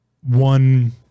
one